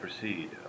proceed